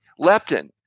leptin